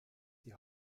die